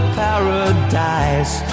paradise